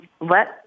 let